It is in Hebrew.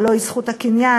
הלוא היא זכות הקניין,